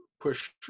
push